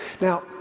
Now